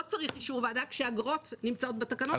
צריך אישור ועדה כשהאגרות נמצאות בתקנות שמצריכות אישור ועדה.